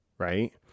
right